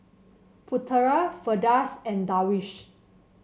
Putera Firdaus and Darwish